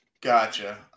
Gotcha